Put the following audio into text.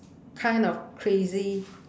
kind of crazy